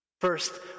First